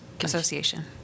Association